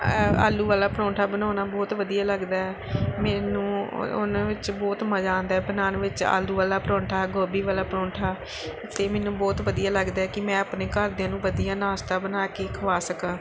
ਆਲੂ ਵਾਲਾ ਪਰੌਂਠਾ ਬਣਾਉਣਾ ਬਹੁਤ ਵਧੀਆ ਲੱਗਦਾ ਹੈ ਮੈਨੂੰ ਉਹਨਾਂ ਵਿੱਚ ਬਹੁਤ ਮਜ਼ਾ ਆਉਂਦਾ ਬਣਾਉਣ ਵਿੱਚ ਆਲੂ ਵਾਲਾ ਪਰੌਂਠਾ ਗੋਭੀ ਵਾਲਾ ਪਰੌਂਠਾ ਅਤੇ ਮੈਨੂੰ ਬਹੁਤ ਵਧੀਆ ਲੱਗਦਾ ਹੈ ਕਿ ਮੈਂ ਆਪਣੇ ਘਰਦਿਆਂ ਨੂੰ ਵਧੀਆ ਨਾਸ਼ਤਾ ਬਣਾ ਕੇ ਖਵਾ ਸਕਾਂ